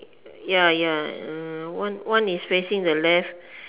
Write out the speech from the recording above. ya ya uh one one is facing the left